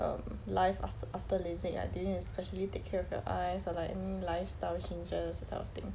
um life aft~ after lasik like do you need to specially take care of your eyes or like hmm lifestyle changes that kind of thing